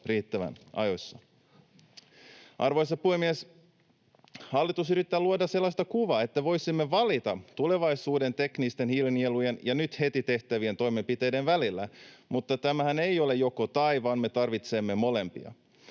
Arvoisa puhemies! Hallitus yrittää luoda sellaista kuvaa, että voisimme valita tulevaisuuden teknisten hiilinielujen ja nyt heti tehtävien toimenpiteiden välillä, mutta tämähän ei ole joko—tai, vaan me tarvitsemme molempia,